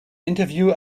interview